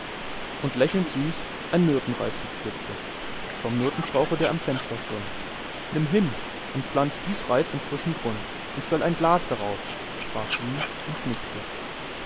und lächelnd süß ein myrtenreis sie pflückte vom myrtenstrauche der am fenster stund nimm hin und pflanz dies reis in frischen grund und stell ein glas darauf sprach sie und nickte